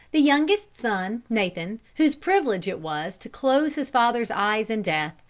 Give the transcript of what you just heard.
the youngest son, nathan, whose privilege it was to close his father's eyes in death,